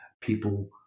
people